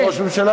איזה ראש ממשלה?